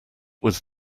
was